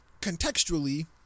Contextually